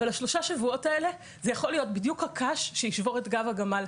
אבל שלושת השבועות האלה זה יכול להיות בדיוק הקש שישבור את גב הגמל.